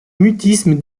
mutisme